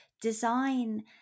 design